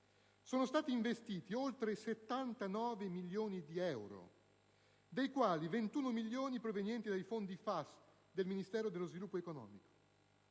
sono stati investiti oltre 79 milioni di euro, dei quali 21 milioni provenienti dai fondi FAS del Ministero dello sviluppo economico,